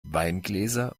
weingläser